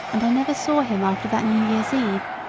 and i never saw him after that new year's eve.